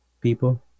people